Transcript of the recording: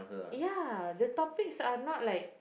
ya the topics are not like